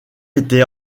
était